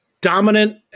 dominant